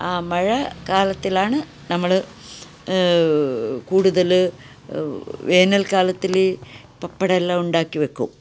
ആ മഴക്കാലത്തിലാണ് നമ്മള് കൂടുതല് വേനൽക്കാലത്തില് പപ്പടം എല്ലാം ഉണ്ടാക്കി വെക്കും